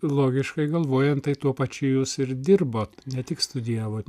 logiškai galvojant tai tuo pačiu jūs ir dirbot ne tik studijavot